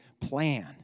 plan